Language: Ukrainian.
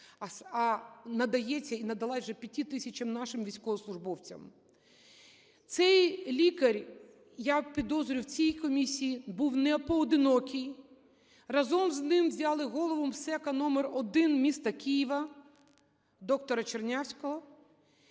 а надається і надалась вже 5 тисячам наших військовослужбовців. Цей лікар, я підозрюю, в цій комісії був непоодинокий. Разом з ним взяли голову МСЕК №1 міста Києва доктора Чернявського.